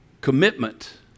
commitment